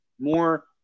more